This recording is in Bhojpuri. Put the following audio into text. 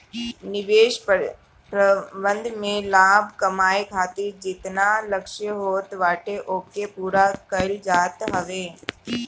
निवेश प्रबंधन में लाभ कमाए खातिर जेतना लक्ष्य होत बाटे ओके पूरा कईल जात हवे